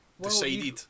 decided